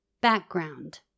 Background